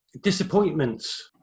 disappointments